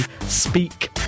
speak